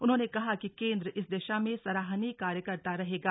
उन्होंने कहा कि केंद्र इस दिशा में सराहनीय कार्य करता रहेगा